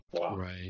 Right